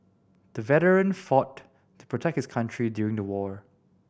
the veteran fought to protect his country during the war